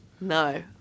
No